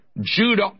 Judah